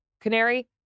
canary